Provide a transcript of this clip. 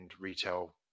retail